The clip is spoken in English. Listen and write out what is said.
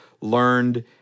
learned